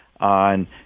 on